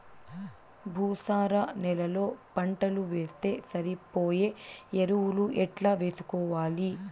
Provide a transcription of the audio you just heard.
భూసార నేలలో పంటలు వేస్తే సరిపోయే ఎరువులు ఎట్లా వేసుకోవాలి?